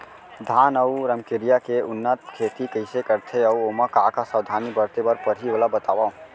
धान अऊ रमकेरिया के उन्नत खेती कइसे करथे अऊ ओमा का का सावधानी बरते बर परहि ओला बतावव?